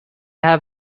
have